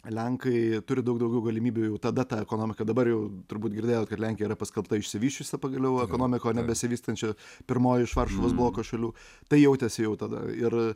lenkai turi daug daugiau galimybių jau tada ta ekonomika dabar jau turbūt girdėjot kad lenkija yra paskelbta išsivysčiusia pagaliau ekonomika o ne besivystančia pirmoji iš varšuvos bloko šalių tai jautėsi jau tada ir